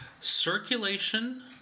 Circulation